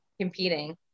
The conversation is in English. competing